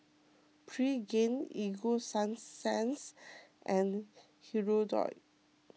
Pregain Ego Sunsense and Hirudoid